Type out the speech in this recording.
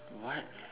what